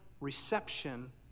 reception